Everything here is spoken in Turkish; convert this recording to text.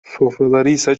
sofralarıysa